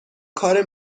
کار